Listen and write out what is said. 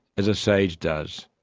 as a sage does